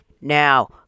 Now